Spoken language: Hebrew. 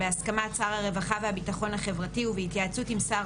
בהתייעצות עם שר הרווחה והביטחון החברתי ובהתייעצות עם שר